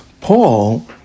Paul